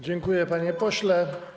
Dziękuję, panie pośle.